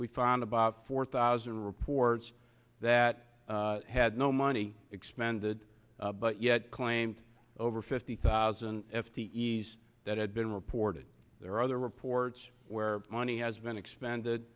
we found about four thousand reports that had no money expended but yet claimed over fifty thousand f t e s that had been reported there are other reports where money has been expended